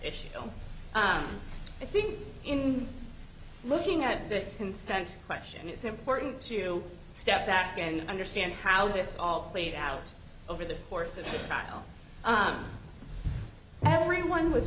issue no i think in looking at that consent question it's important to step back and understand how this all played out over the course of the final everyone was